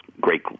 great